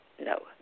no